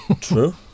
True